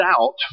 out